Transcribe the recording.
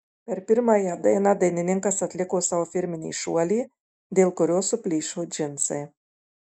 per pirmąją dainą dainininkas atliko savo firminį šuolį dėl kurio suplyšo džinsai